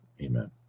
Amen